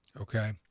Okay